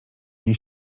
mnie